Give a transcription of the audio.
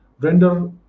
render